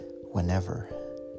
whenever